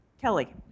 Kelly